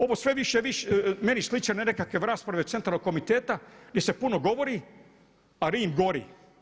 Ovo sve više i više meni sliči na nekakve rasprave centralnog komiteta gdje se puno govori a Rim gori.